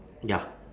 ya